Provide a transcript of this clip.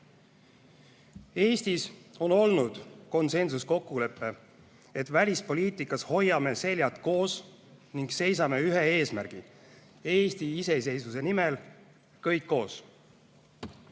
Eestis on olnud konsensuskokkulepe, et välispoliitikas hoiame seljad koos ning seisame ühe eesmärgi, Eesti iseseisvuse nimel kõik koos.